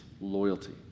loyalty